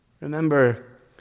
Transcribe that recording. Remember